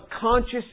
conscious